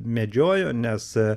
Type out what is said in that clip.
medžiojo nes